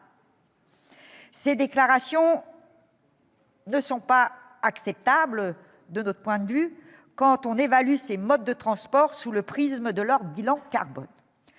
ces déclarations ne sont pas acceptables quand on évalue ces modes de transport sous le prisme de leur bilan carbone.